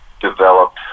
developed